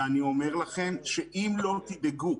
אני אומר לכם שאם לא תדאגו...